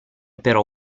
però